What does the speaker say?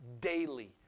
daily